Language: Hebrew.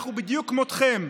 אנחנו בדיוק כמוכתם.